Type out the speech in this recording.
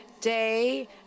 day